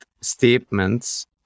statements